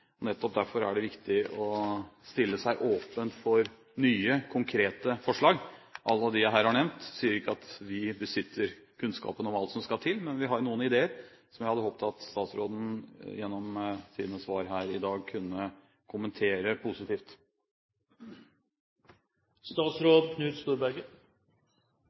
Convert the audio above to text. Nettopp derfor er det viktig å stille seg åpen for nye, konkrete forslag à la dem jeg her har nevnt. Jeg sier ikke at vi besitter kunnskapen om alt som skal til, men vi har jo noen ideer som jeg hadde håpet at statsråden gjennom sine svar her i dag kunne kommentere positivt.